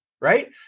right